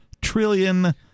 trillion